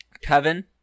Kevin